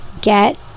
get